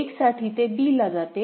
1 साठी ते b ला जाते